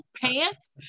pants